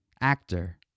actor